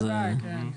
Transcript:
בוודאי, כן.